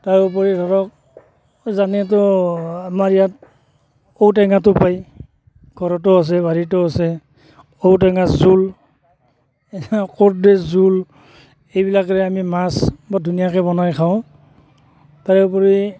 তাৰোপৰি ধৰক জানেইতো আমাৰ ইয়াত ঔটেঙাটো পাই ঘৰতো আছে বাৰীতো আছে ঔটেঙাৰ জোল এনেকৈ কৰদৈ জোল এইবিলাকেৰে আমি মাছ বৰ ধুনীয়াকৈ বনাই খাওঁ তাৰোপৰি